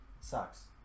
sucks